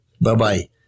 Bye-bye